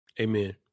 Amen